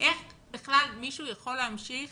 איך בכלל מישהו יכול להמשיך